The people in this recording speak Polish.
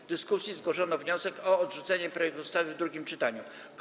W dyskusji zgłoszono wniosek o odrzucenie projektu ustawy w drugim czytaniu.